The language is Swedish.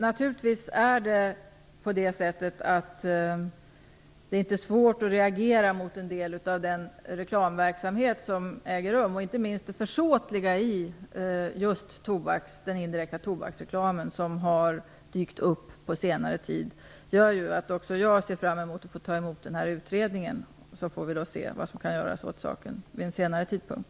Naturligtvis är det inte svårt att reagera mot en del av den reklamverksamhet som äger rum och inte minst mot det försåtliga i just den indirekta tobaksreklam som har dykt upp under senare tid. Det gör att också jag ser fram emot att få ta emot nämnda utredning. Sedan får vi se vad som kan göras åt saken vid en senare tidpunkt.